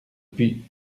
put